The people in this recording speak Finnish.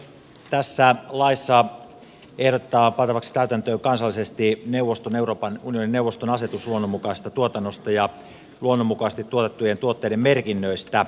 tässä laissa ehdotetaan pantavaksi täytäntöön kansallisesti euroopan unionin neuvoston asetus luonnonmukaisesta tuotannosta ja luonnonmukaisesti tuotettujen tuotteiden merkinnöistä